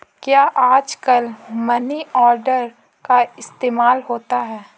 क्या आजकल money order का इस्तेमाल होता है?